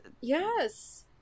Yes